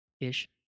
ish